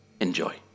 enjoy